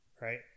right